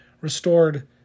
restored